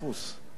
איך זה נשמע?